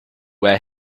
where